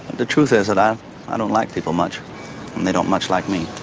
the truth is that i i don't like people much and they don't much like me.